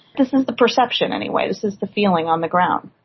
this is the perception anyway, this is the feeling on the ground.